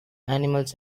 animals